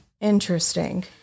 Interesting